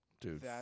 Dude